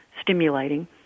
stimulating